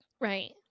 Right